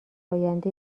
آینده